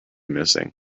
missing